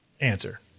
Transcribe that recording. answer